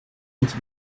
into